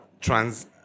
trans